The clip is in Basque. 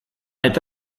eta